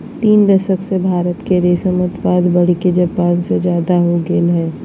तीन दशक से भारत के रेशम उत्पादन बढ़के जापान से ज्यादा हो गेल हई